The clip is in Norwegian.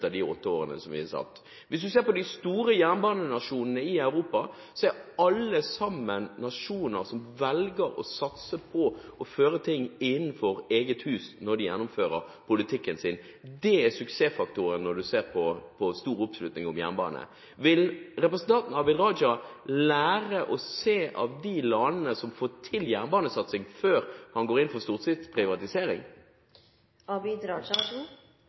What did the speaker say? de åtte årene vi satt. Hvis man ser på de store jernbanenasjonene i Europa, er alle sammen nasjoner som velger å satse på å føre ting innenfor eget hus når de gjennomfører politikken sin. Det er suksessfaktoren når man ser på stor oppslutning om jernbane. Vil representanten Abid Raja se på og lære av de landene som får til jernbanesatsing, før han går inn for